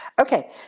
Okay